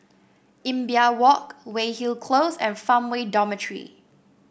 Imbiah Walk Weyhill Close and Farmway Dormitory